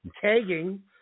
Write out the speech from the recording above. tagging